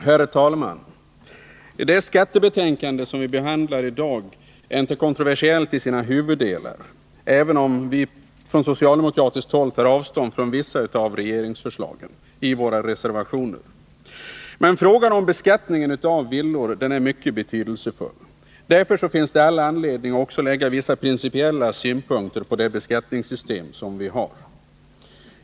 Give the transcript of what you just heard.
Herr talman! Det betänkande från skatteutskottet som vi i dag behandlar är inte kontroversiellt i sina huvuddelar, även om vi från socialdemokratiskt håll tar avstånd från vissa av regeringsförslagen i våra reservationer. Frågan om beskattningen av villor är emellertid mycket betydelsefull. Därför finns det anledning att också anlägga vissa principiella synpunkter på det beskattningssystem som vi har.